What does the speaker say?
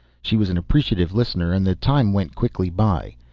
she was an appreciative listener and the time went quickly by.